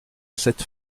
cette